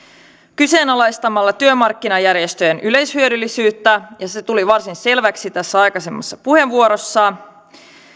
kyseenalaistamalla työmarkkinajärjestöjen yleishyödyllisyyttä se tuli varsin selväksi tässä aikaisemmassa puheenvuorossa